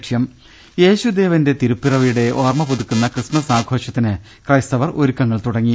രുട്ട്ട്ട്ട്ട്ട്ട്ട്ട യേശുദേവന്റെ തിരുപ്പിറവിയുടെ ഓർമ്മ പുതുക്കുന്ന ക്രിസ്മസ് ആഘോ ഷത്തിന് ക്രൈസ്തവർ ഒരുക്കങ്ങൾ തുടങ്ങി